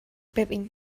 ببین